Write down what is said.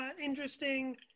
interesting